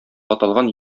аталган